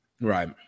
Right